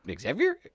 Xavier